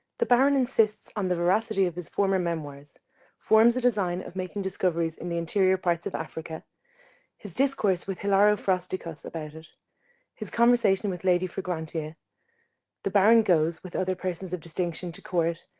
the baron insists on the veracity of his former memoirs forms a design of making discoveries in the interior parts of africa his discourse with hilaro frosticos about it his conversation with lady fragrantia the baron goes, with other persons of distinction, to court